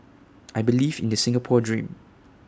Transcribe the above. I believe in the Singapore dream